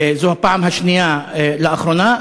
זו הפעם השנייה לאחרונה,